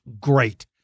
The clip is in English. great